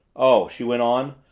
oh, she went on,